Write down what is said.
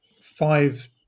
five